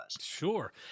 Sure